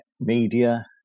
media